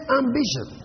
ambition